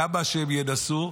כמה שהם ינסו,